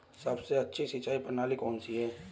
सबसे अच्छी सिंचाई प्रणाली कौन सी है?